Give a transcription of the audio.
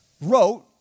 wrote